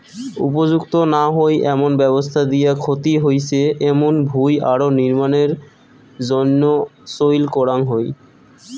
উপযুক্ত না হই এমন ব্যবস্থা দিয়া ক্ষতি হইচে এমুন ভুঁই আরো নির্মাণের জইন্যে চইল করাঙ হই